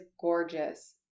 gorgeous